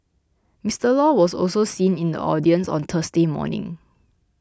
Mister Law was also seen in the audience on Thursday morning